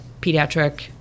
pediatric